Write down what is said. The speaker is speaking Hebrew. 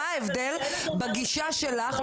מה ההבדל בגישה שלך?